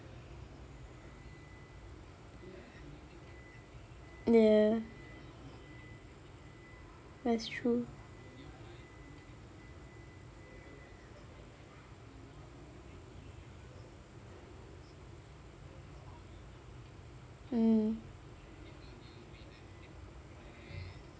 ya that's true mm